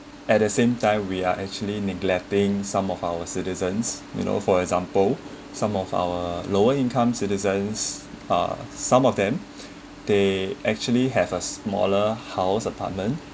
at the same time we are actually neglecting some of our citizens you know for example some of our lower income citizens uh some of them they actually have a smaller house apartment